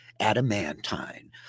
adamantine